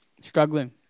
struggling